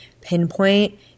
pinpoint